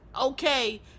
okay